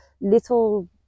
little